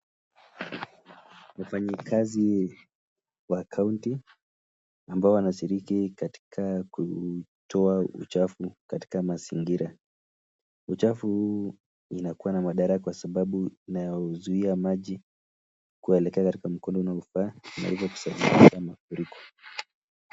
Wafanyikazi wa kaunti, ambao wanashiriki katika kutoa uchafu katika mazingira. Uchafu huu inakuwa na madhara kwa sababu unazuia maji kuelekea kwenye mkondo unaofaa na hivyo kusababisha mafuriko.